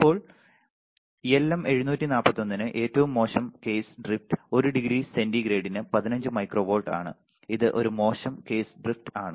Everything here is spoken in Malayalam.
ഇപ്പോൾ LM741 ന് ഏറ്റവും മോശം കേസ് ഡ്രിഫ്റ്റ് ഒരു ഡിഗ്രി സെന്റിഗ്രേഡിന് 15 മൈക്രോ വോൾട്ട് ആണ് ഇത് ഒരു മോശം കേസ് ഡ്രിഫ്റ്റാണ്